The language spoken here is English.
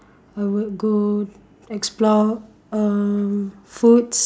I would go explore um foods